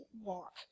walk